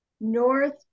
North